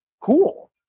cool